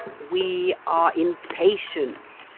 we are impatient,